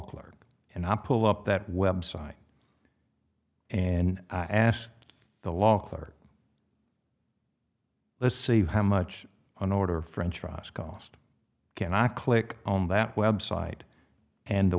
clerk and i pull up that website and asked the law clerk let's see how much an order french fries cost can i click on that website and the